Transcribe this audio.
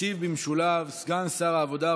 ישיב במשולב סגן שר העבודה,